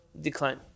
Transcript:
decline